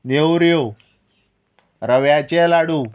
नेवऱ्यो रव्याचे लाडू